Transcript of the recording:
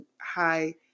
high